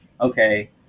okay